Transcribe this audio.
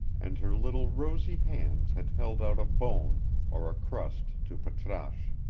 and her little rosy hands had held out a bone or a crust to patrasche.